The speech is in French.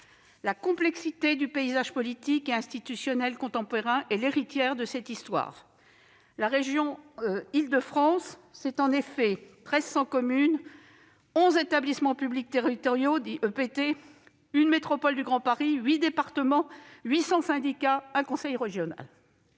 La complexité du paysage politique et institutionnel contemporain est l'héritière de cette histoire. La région Île-de-France, c'est en effet 1 300 communes, 11 établissements publics territoriaux, une métropole du Grand Paris, 8 départements, 800 syndicats, un conseil régional.